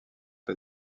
pas